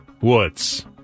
Woods